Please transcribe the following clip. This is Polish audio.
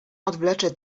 odwlecze